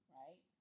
right